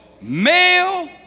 Male